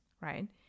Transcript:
right